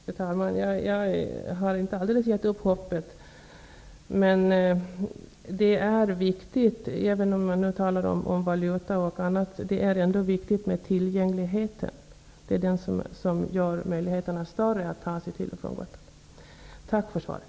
Fru talman! Jag har inte alldeles givit upp hoppet. Men det är viktigt, även om kommunikationsministern talar om valuta och annat, med tillgängligheten. Det ger större möjligheter att ta sig till och från Gotland. Tack för svaret.